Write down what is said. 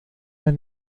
las